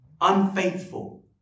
unfaithful